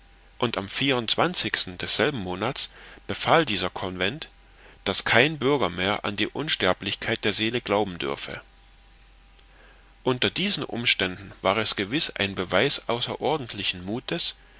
und am desselben monats befahl dieser convent daß kein bürger mehr an die unsterblichkeit der seele glauben dürfe unter diesen umständen war es gewiß ein beweis außerordentlichen muthes